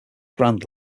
grand